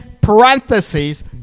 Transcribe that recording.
parentheses